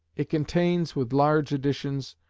it contains, with large additions,